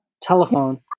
Telephone